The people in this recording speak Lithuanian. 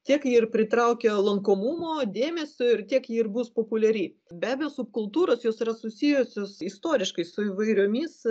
tiek ji ir pritraukia lankomumo dėmesio ir tiek ji ir bus populiari be abejo subkultūros jos yra susijusios istoriškai su įvairiomis